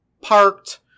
parked